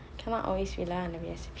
cannot always rely on the recipe